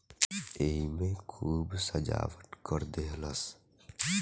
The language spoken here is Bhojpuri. एईमे खूब सजावट कर देहलस